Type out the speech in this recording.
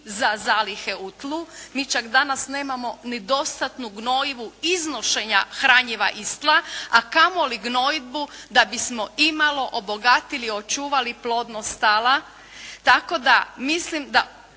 za zalihe u tlu, mi čak danas nemam ni dostatnu gnojivu iznošenja hranjiva iz tla, a kamo li gnojidbu da bismo imalo obogatili, očuvali plodnost tala. Tako da mislim da